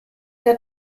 der